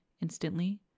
Instantly